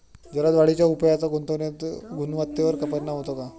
जलद वाढीच्या उपायाचा गुणवत्तेवर परिणाम होतो का?